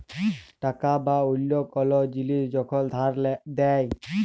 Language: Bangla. টাকা বা অল্য কল জিলিস যখল ধার দেয়